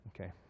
Okay